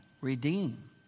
redeem